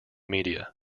media